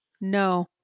No